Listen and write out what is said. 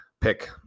pick